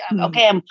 okay